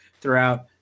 throughout